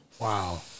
Wow